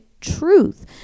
truth